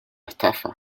estafa